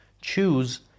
choose